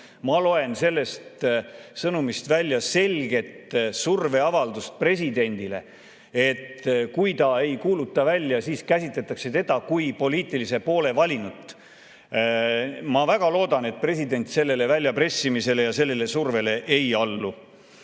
Ma loen sellest sõnumist välja selget surveavaldust presidendile, et kui ta ei kuuluta seadust välja, siis käsitletakse teda kui poliitilise poole valinut. Ma väga loodan, et president sellele väljapressimisele ja survele ei allu.